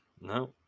No